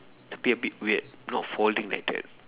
a bit a bit weird not falling like that